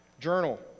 Journal